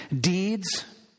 Deeds